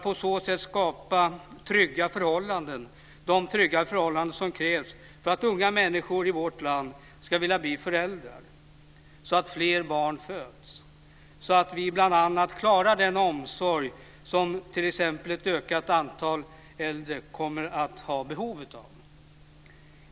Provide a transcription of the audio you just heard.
På så sätt skapas trygga förhållanden, trygga förhållanden som krävs för att unga människor i vårt land ska vilja bli föräldrar, så att fler barn föds, så att vi klarar den omsorg som t.ex. ett ökat antal äldre kommer att ha behov av.